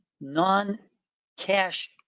non-cash